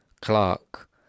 Clark